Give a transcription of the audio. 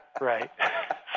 Right